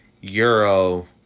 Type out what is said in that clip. euro